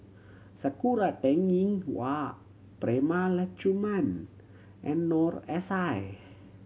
Sakura Teng Ying Hua Prema Letchumanan and Noor S I